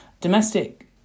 domestic